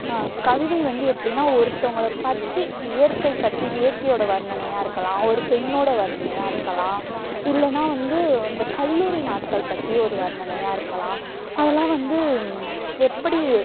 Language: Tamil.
கவிதை வந்து எப்படின்னா ஒருத்தவங்களை பற்றி இயற்கை பற்றி இயற்கையோட வர்ணனையாக இருக்கலாம் ஒரு பெண்ணோட வர்ணனையாக இருக்கலாம் இல்லைன்னா வந்து இந்த கல்லூரி நாட்கள் பற்றி ஒரு வர்ணனையாக இருக்கலாம் அதெல்லாம் வந்து எப்படி